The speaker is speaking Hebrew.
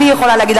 אני יכולה לומר לך,